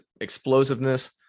explosiveness